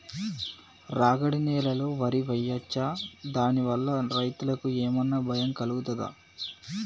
రాగడి నేలలో వరి వేయచ్చా దాని వల్ల రైతులకు ఏమన్నా భయం కలుగుతదా?